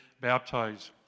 baptized